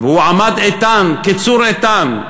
והוא עמד איתן, כצור איתן.